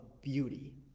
beauty